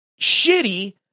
shitty